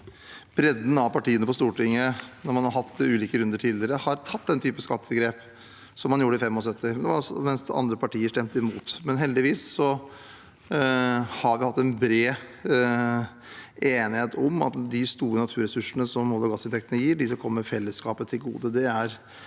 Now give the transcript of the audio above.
bredden av partier på Stortinget når man har hatt ulike runder tidligere, har tatt den typen skattegrep som man gjorde i 1975, mens andre partier stemte imot. Heldigvis har vi hatt en bred enighet om at de store inntektene som olje- og gassressursene gir, skal komme fellesskapet til gode.